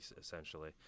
essentially